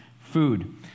food